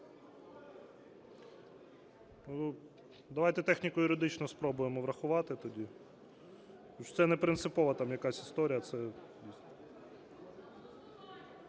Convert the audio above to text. Давайте техніко-юридично спробуємо врахувати тоді. Тобто це не принципова якась історія,